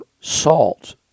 salt